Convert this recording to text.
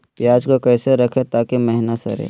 प्याज को कैसे रखे ताकि महिना सड़े?